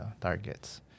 targets